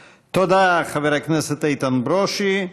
תודה, חבר הכנסת איתן ברושי.